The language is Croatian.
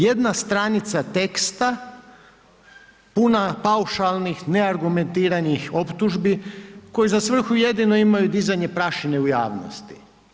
Jedna stranica teksta puna paušalnih neargumentiranih optužbi koji za svrhu jedino imaju dizanje prašine u javnosti.